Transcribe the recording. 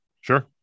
Sure